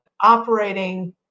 operating